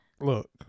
look